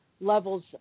levels